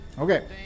Okay